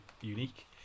unique